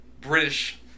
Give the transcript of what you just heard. British